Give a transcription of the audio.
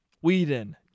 Whedon